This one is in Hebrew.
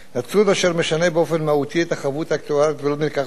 נתון אשר משנה באופן מהותי את החבות האקטוארית ולא הובא בחשבון.